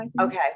Okay